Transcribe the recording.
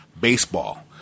baseball